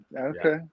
Okay